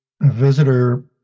visitor